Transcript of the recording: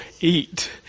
eat